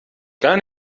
gar